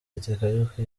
takayuki